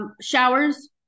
showers